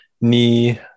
knee